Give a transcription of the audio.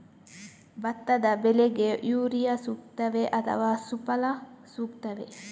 ಭತ್ತದ ಬೆಳೆಗೆ ಯೂರಿಯಾ ಸೂಕ್ತವೇ ಅಥವಾ ಸುಫಲ ಸೂಕ್ತವೇ?